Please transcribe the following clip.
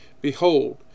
behold